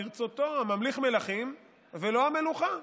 ברצותו הוא ממליך מלכים ולו המלוכה.